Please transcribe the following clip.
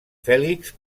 fèlix